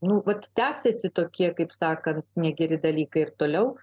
tęsiasi tokie kaip sakant negeri dalykai toliau